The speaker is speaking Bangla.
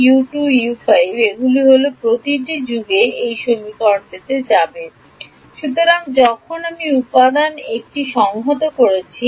U3U2U5 এগুলি হল প্রতিটি যুগে এই সমীকরণটিতে যাবে সুতরাং যখন আমি উপাদান একটি সংহত করছি